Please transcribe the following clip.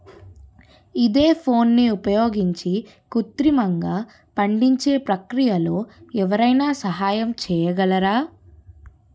ఈథెఫోన్ని ఉపయోగించి కృత్రిమంగా పండించే ప్రక్రియలో ఎవరైనా సహాయం చేయగలరా?